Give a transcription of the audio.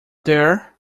there